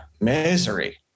Misery